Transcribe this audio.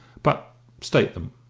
but state them.